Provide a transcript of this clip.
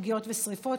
פגיעות ושרפות,